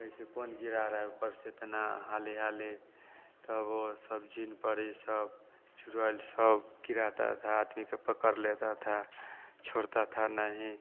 ऐसे कौन गिरा रहा है ऊपर से इतना हाले हाले तो वह सब जिन पर यह सब चुराईल सब गिराता था ठीक है पकड़ लेता था छोड़ता था नहीं